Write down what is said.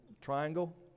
triangle